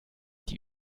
die